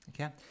Okay